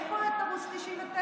יש פה ערוץ 99,